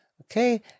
Okay